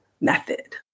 Method